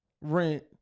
rent